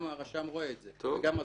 גם הרשם רואה את זה וגם הזוכה.